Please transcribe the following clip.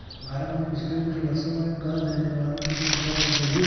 भारत में पिछले कुछ वर्षों में कर देने वालों की संख्या बहुत बढ़ी है